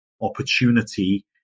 opportunity